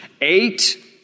Eight